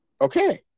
Okay